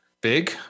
big